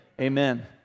amen